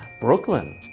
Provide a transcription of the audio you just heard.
brooklyn.